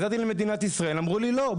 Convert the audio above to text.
ובמדינת ישראל אמרו לי לא.